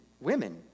women